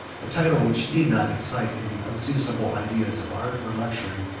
a title which need not excite any unseasonable ideas of art or luxury,